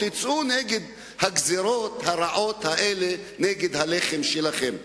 תצאו נגד הגזירות הרעות האלה על הלחם שלכם.